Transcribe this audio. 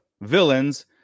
villains